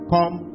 Come